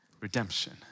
Redemption